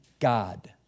God